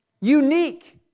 Unique